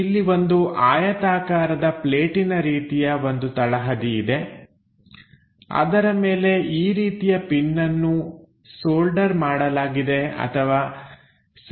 ಇಲ್ಲಿ ಒಂದು ಆಯತಾಕಾರದ ಪ್ಲೇಟಿನ ರೀತಿಯ ಒಂದು ತಳಹದಿ ಇದೆ ಅದರ ಮೇಲೆ ಈ ರೀತಿಯ ಪಿನ್ನನ್ನು ಸೋಲ್ಡರ್ ಮಾಡಲಾಗಿದೆ ಅಥವಾ ಸೇರಿಸಲಾಗಿದೆ